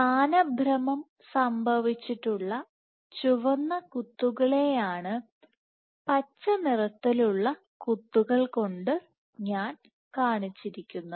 സ്ഥാനഭ്രമം സംഭവിച്ചിട്ടുള്ള ചുവന്ന കുത്തുകളെയാണ് പച്ച നിറത്തിലുള്ള കുത്തുകൾ കൊണ്ട് ഞാൻ കാണിച്ചിരിക്കുന്നത്